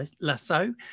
Lasso